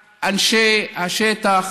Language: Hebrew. על אנשי השטח,